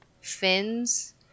fins